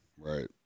right